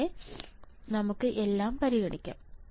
ഇങ്ങനെ നമുക്ക് എല്ലാം പരിഗണിക്കാം